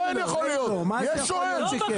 יש או אין?